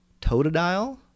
Totodile